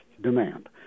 demand